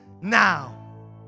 now